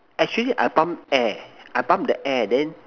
actually I pump air I pump the air then